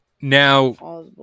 Now